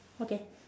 okay